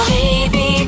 Baby